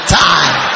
time